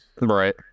Right